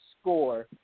score